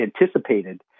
anticipated